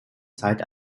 zeit